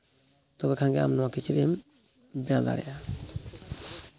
ᱛᱚᱵᱮ ᱠᱷᱟᱱᱜᱮ ᱟᱢ ᱱᱚᱣᱟ ᱠᱤᱪᱨᱤᱡ ᱮᱢ ᱵᱮᱱᱟᱣ ᱫᱟᱲᱮᱜᱼᱟ